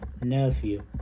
nephew